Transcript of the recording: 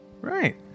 Right